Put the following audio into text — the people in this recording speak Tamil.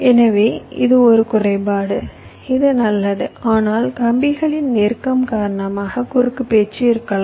எனவே இது ஒரு குறைபாடு இது நல்லது ஆனால் கம்பிகளின் நெருக்கம் காரணமாக குறுக்கு பேச்சு இருக்கலாம்